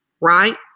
right